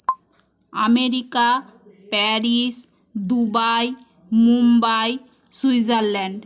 America Paris Dubai Mumbai Switzerland